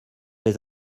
les